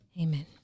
Amen